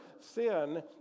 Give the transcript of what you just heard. Sin